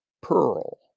pearl